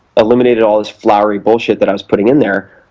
eliminated all this flowery bullshit that i was putting in there,